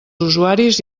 usuaris